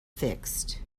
fixed